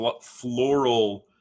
floral